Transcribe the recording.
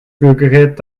rührgerät